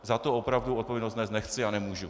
Za to opravdu odpovědnost nést nechci a nemůžu.